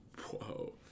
whoa